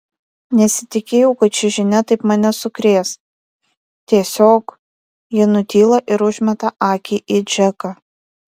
nesitikėjau kad ši žinia taip mane sukrės tiesiog ji nutyla ir užmeta akį į džeką